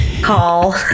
call